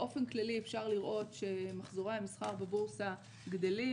באופן כללי אפשר לראות שמחזורי המסחר בבורסה גדלים.